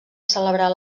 celebrar